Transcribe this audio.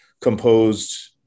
composed